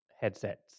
headsets